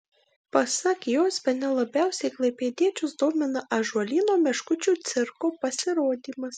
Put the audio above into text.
pasak jos bene labiausiai klaipėdiečius domina ąžuolyno meškučių cirko pasirodymas